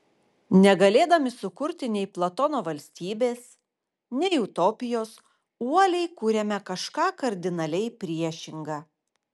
negalėdami sukurti nei platono valstybės nei utopijos uoliai kuriame kažką kardinaliai priešinga